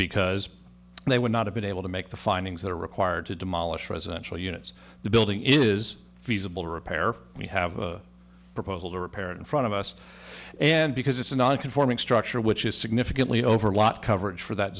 because they would not have been able to make the findings that are required to demolish residential units the building is feasible to repair we have a proposal to repair in front of us and because it's a non conforming structure which is significantly over a lot coverage for that